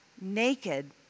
naked